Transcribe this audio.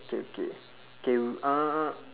okay okay K uh